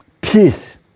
peace